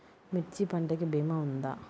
మిర్చి పంటకి భీమా ఉందా?